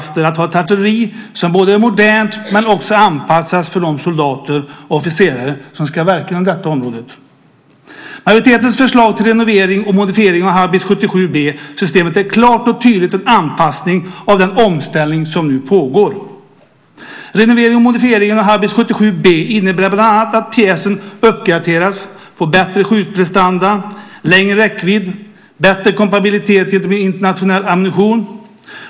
Det gäller att ha ett artilleri som är modernt men som också är anpassat till de soldater och officerare som ska verka inom detta område. Majoritetens förslag till renovering och modifiering av Haubits 77B-systemet är klart och tydligt en anpassning till den omställning som nu pågår. Renoveringen och modifieringen av Haubits 77B innebär bland annat att pjäsen uppgraderas och får en bättre skjutprestanda, längre räckvidd och en bättre kompabilitet gentemot internationell ammunition.